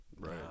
Right